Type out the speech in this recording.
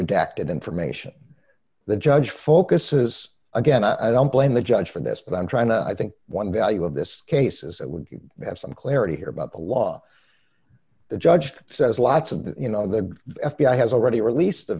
redacted information the judge focuses again i don't blame the judge for this but i'm trying to i think one value of this case is that would have some clarity here about the law the judge says lots of the you know the f b i has already released